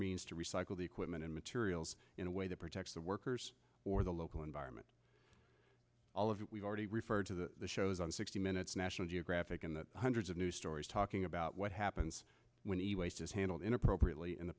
means to recycle the equipment and materials in a way that protects the workers or the local environment we've already referred to the show's on sixty minutes national geographic and hundreds of news stories talking about what happens when the waste is handled in appropriately and the